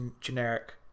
generic